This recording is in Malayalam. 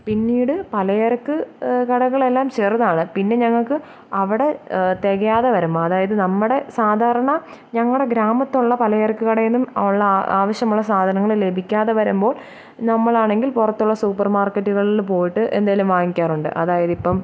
പിന്നീട് പലചരക്ക് കടകളെല്ലാം ചെറുതാണ് പിന്നെ ഞങ്ങൾക്ക് അവിടെ തികയാതെ വരും അതായത് നമ്മുടെ സാധാരണ ഞങ്ങളുടെ ഗ്രാമത്തിലുള്ള പലചരക്ക് കടയിൽ നിന്നും ഉള്ള ആവശ്യമുള്ള സാധനങ്ങൾ ലഭിക്കാതെ വരുമ്പോൾ നമ്മളാണങ്കിൽ പുറത്തുള്ള സൂപ്പർമാർക്കെറ്റുകളിൽ പോയിട്ട് എന്തേലും വാങ്ങിക്കാറുണ്ട് അതായത് ഇപ്പം